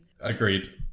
Agreed